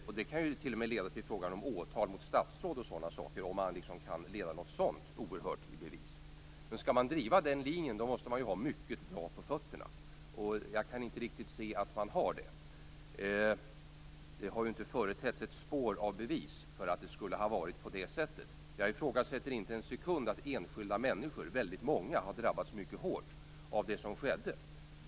Om något så oerhört kan ledas i bevis kan det ju t.o.m. leda till att det blir fråga om åtal mot statsråd o.d. Skall man driva den linjen måste man ha mycket bra på fötterna. Jag kan inte riktigt se att man har det. Det har ju inte företetts ett enda spår av bevis för att det skulle ha varit på nämnda sätt. Jag ifrågasätter inte för en sekund att väldigt många enskilda har drabbats mycket hårt av det som skedde.